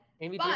Amy